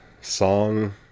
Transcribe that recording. song